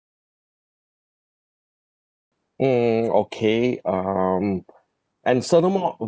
mm okay um and furthermore